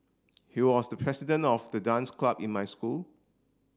he was the president of the dance club in my school